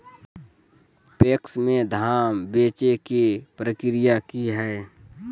PACS में धाम बेचे के प्रक्रिया की हय?